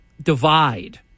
Divide